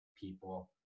people